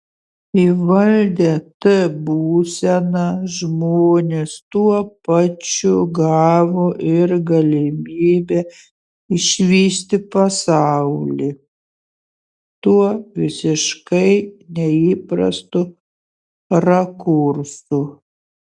įvaldę t būseną žmonės tuo pačiu gavo ir galimybę išvysti pasaulį tuo visiškai neįprastu rakursu